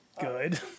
Good